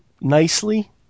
nicely